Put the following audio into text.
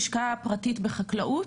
לשכה פרטית בחקלאות,